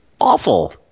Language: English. awful